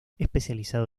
especializado